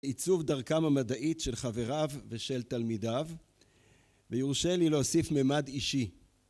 עיצוב דרכם המדעית של חבריו ושל תלמידיו ויורשה לי להוסיף ממד אישי..